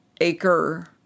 acre